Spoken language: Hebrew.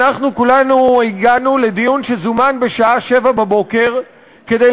כולנו הגענו לדיון שזומן בשעה 07:00 כדי